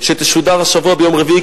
שתשודר השבוע ביום רביעי,